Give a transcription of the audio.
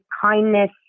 kindness